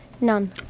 none